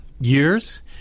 years